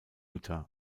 utah